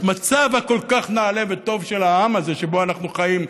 המצב הכל-כך נעלה וטוב של העם הזה שבו אנחנו חיים,